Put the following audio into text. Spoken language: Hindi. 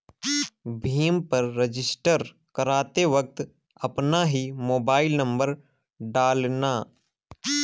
भीम पर रजिस्टर करते वक्त अपना ही मोबाईल नंबर डालना